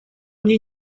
они